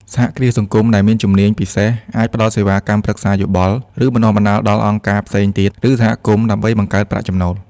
សហគ្រាសសង្គមដែលមានជំនាញពិសេសអាចផ្តល់សេវាកម្មប្រឹក្សាយោបល់ ឬបណ្តុះបណ្តាលដល់អង្គការផ្សេងទៀត ឬសហគមន៍ ដើម្បីបង្កើតប្រាក់ចំណូល។